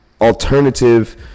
alternative